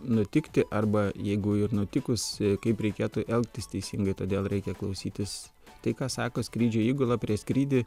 nutikti arba jeigu ir nutikus kaip reikėtų elgtis teisingai todėl reikia klausytis tai ką sako skrydžio įgula prieš skrydį